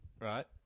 right